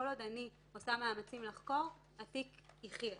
כל עוד אני עושה מאמצים לחקור הסעיף יחיה.